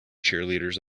cheerleaders